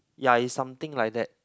ya is something like that